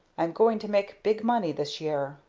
i'm going to make big money this year.